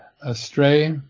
astray